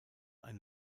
ein